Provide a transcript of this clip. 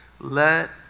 Let